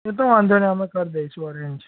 એ તો વાંધોનઈ અમે કરી દેઇશું અરેન્જ